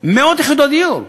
מאות יחידות דיור חדשות,